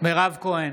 מירב כהן,